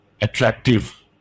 attractive